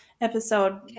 episode